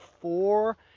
four